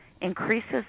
increases